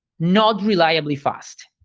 not reliably fast.